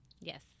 Yes